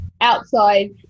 outside